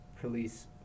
police